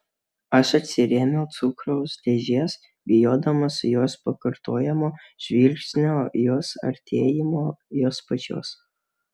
aš atsirėmiau cukraus dėžės bijodamas jos pakartojamo žvilgsnio jos artėjimo jos pačios